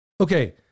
Okay